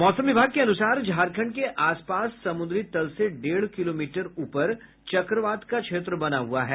मौसम विभाग के अनुसार झारखंड के आस पास समुद्री तल से डेढ़ किलोमीटर ऊपर चक्रवात का क्षेत्र बना हुआ है